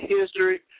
history